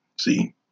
See